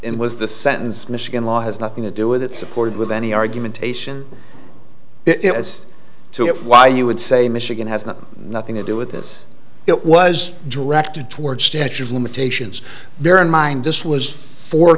and was the sentence michigan law has nothing to do with it supported with any argumentation it has to it why you would say michigan has nothing to do with this it was directed toward statue of limitations bear in mind this was fo